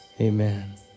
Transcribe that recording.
amen